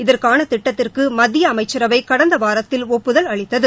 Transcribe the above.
இதற்கான திட்டத்திற்கு மத்திய அமைச்சரவை கடந்த வாரத்தில் ஒப்புதல் அளித்தது